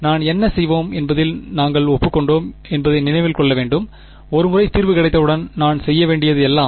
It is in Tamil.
நாங்கள் என்ன செய்வோம் என்பதில் நாங்கள் ஒப்புக் கொண்டோம் என்பதை நினைவில் கொள்ள வேண்டும் ஒரு முறை தீர்வு கிடைத்தவுடன் நான் செய்ய வேண்டியது எல்லாம்